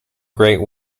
great